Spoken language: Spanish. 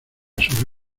sobre